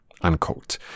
Unquote